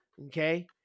Okay